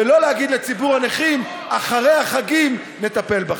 ולא להגיד לציבור הנכים: אחרי החגים נטפל בכם.